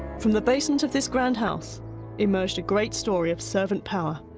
from the basement of this grand house emerged a great story of servant power.